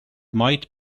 might